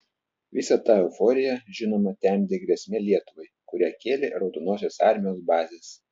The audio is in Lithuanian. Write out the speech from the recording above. visą tą euforiją žinoma temdė grėsmė lietuvai kurią kėlė raudonosios armijos bazės